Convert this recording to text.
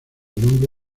nombre